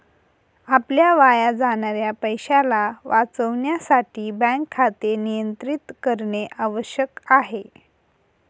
आपल्या वाया जाणाऱ्या पैशाला वाचविण्यासाठी बँक खाते नियंत्रित करणे आवश्यक आहे